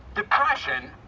depression?